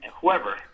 whoever